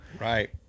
right